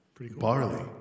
Barley